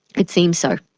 it seems so.